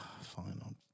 fine